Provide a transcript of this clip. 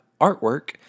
artwork